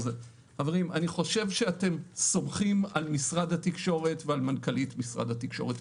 אני חושב שאתם סומכים על משרד התקשורת ועל מנכ"לית משרד התקשורת.